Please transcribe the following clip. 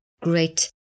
great